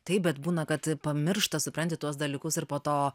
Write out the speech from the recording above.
taip bet būna kad pamiršta supranti tuos dalykus ir po to